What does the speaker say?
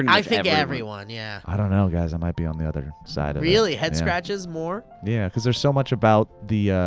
and i think everyone, yeah. i don't know guys, i might be on the other side of that. really, head scratches more? yeah, cause there's so much about the,